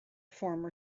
former